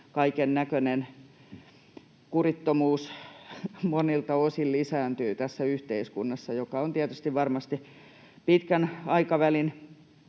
kaikennäköinen kurittomuus monilta osin lisääntyy tässä yhteiskunnassa, mikä on tietysti varmasti pitkän aikavälin